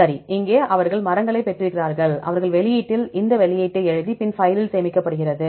சரி அங்கே அவர்கள் மரங்களைப் பெற்றிருக்கிறார்கள் அவர்கள் வெளியீட்டில் இந்த வெளியீட்டை எழுதி பின் பைலில் சேமிக்கப்படுகிறது